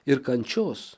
ir kančios